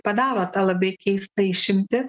padaro tą labai keistą išimtį